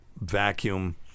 vacuum